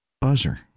buzzer